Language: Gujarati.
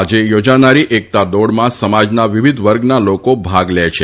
આજે યોજાનારી એકતા દોડમાં સમાજના વિવિધ વર્ગના લોકો ભાગ લે છે